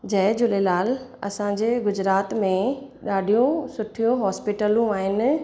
जय झूलेलाल असांजे गुजरात में ॾाढियूं सुठियूं हॉस्पिटलूं आहिनि